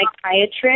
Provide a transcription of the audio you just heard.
psychiatrist